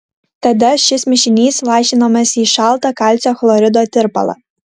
tada šis mišinys lašinamas į šaltą kalcio chlorido tirpalą